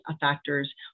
factors